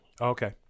okay